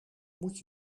moet